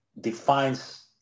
defines